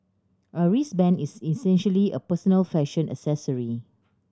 a wristband is essentially a personal fashion accessory